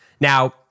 Now